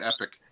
epic